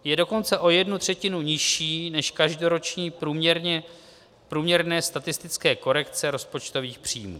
Je dokonce o jednu třetinu nižší než každoroční průměrné statistické korekce rozpočtových příjmů.